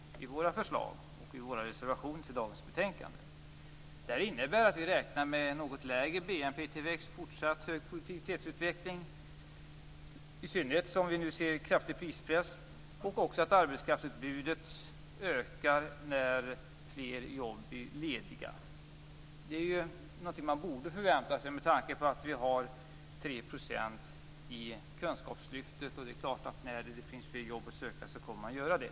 Det innebär att vi räknar med en något lägre BNP tillväxt, en fortsatt hög produktivitetsutveckling - i synnerhet då vi nu ser en kraftig prispress - och också att arbetskraftsutbudet ökar när fler jobb blir lediga. Det är ju någonting som man borde förvänta sig med tanke på att vi har 3 % i kunskapslyftet. Det är klart att när det finns fler jobb att söka, så kommer man att göra det.